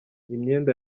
imyenda